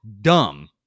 dumb